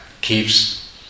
keeps